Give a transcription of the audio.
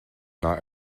not